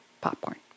popcorn